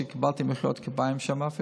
ואפילו קיבלתי מחיאות כפיים שם.